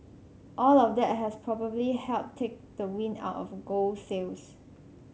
all of that has probably helped take the wind out of gold's sails